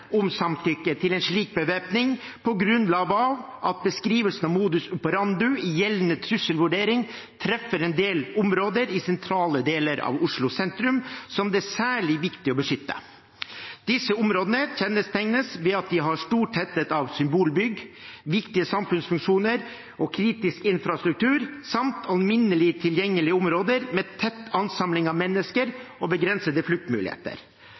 om samtykke til en slik bevæpning på grunnlag av at beskrivelsen av modus operandi, gjeldende trusselvurdering, treffer en del områder i sentrale deler av Oslo sentrum som det er særlig viktig å beskytte. Disse områdene kjennetegnes ved at de har stor tetthet av symbolbygg, viktige samfunnsfunksjoner og kritisk infrastruktur samt alminnelig tilgjengelige områder med tett ansamling av mennesker og begrensede fluktmuligheter.